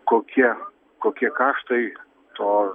kokie kokie kaštai to